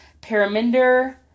Paraminder